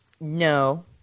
No